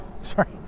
sorry